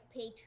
Patreon